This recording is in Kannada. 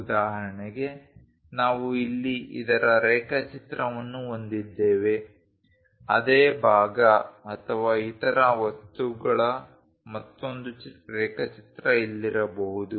ಉದಾಹರಣೆಗೆ ನಾವು ಇಲ್ಲಿ ಇದರ ರೇಖಾಚಿತ್ರವನ್ನು ಹೊಂದಿದ್ದೇವೆ ಅದೇ ಭಾಗ ಅಥವಾ ಇತರ ವಸ್ತುಗಳ ಮತ್ತೊಂದು ರೇಖಾಚಿತ್ರ ಇಲ್ಲಿರಬಹುದು